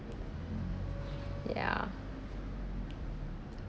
ya